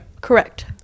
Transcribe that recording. Correct